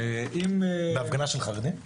בהפגנה של חרדים?